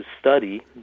study